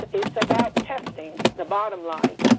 it's about testing, the bottom line,